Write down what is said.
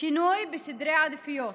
לשינוי בסדרי העדיפויות.